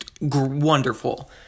wonderful